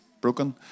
broken